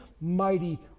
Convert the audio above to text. mighty